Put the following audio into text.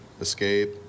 Escape